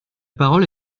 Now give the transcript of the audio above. parole